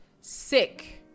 sick